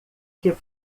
que